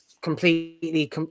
completely